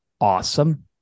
awesome